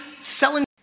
selling